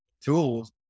tools